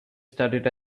studied